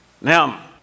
Now